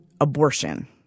Abortion